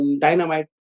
dynamite